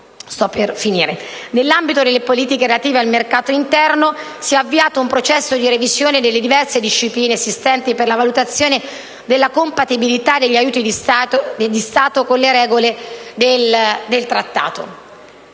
Nell'ambito delle politiche relative al mercato interno si è avviato un processo di revisione delle diverse discipline esistenti per la valutazione della compatibilità degli aiuti di Stato con le regole del Trattato.